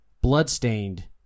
Bloodstained